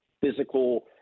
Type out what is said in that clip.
physical